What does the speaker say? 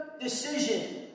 decision